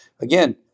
again